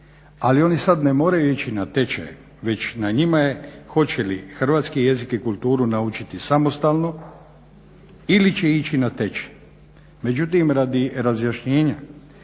ali on sad ne moraju ići na tečaj već na njima je hoće li hrvatski jezik i kulturu naučiti samostalno ili će ići na tečaj. Međutim radi razjašnjenja,